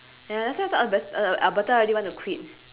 ya that's why I thought alber~ alberta already want to quit